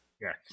Yes